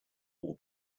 war